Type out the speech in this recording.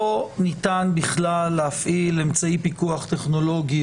ניתן בכלל להפעיל אמצעי פיקוח טכנולוגי,